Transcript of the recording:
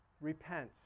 Repent